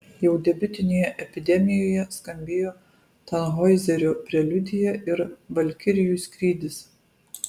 jau debiutinėje epidemijoje skambėjo tanhoizerio preliudija ir valkirijų skrydis